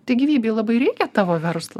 tai gyvybei labai reikia tavo verslo